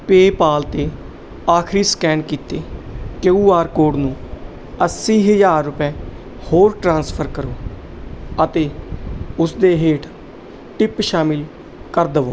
PayPal 'ਤੇ ਆਖਰੀ scan ਕੀਤੇ ਕਿਊ ਆਰ ਕੋਡ ਨੂੰ ਅੱਸੀ ਹਜ਼ਾਰ ਰੁਪਏ ਹੋਰ ਟ੍ਰਾਂਸਫਰ ਕਰੋ ਅਤੇ ਉਸ ਦੇ ਹੇਠ ਟਿੱਪ ਸ਼ਾਮਿਲ ਕਰ ਦਵੋ